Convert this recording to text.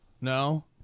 no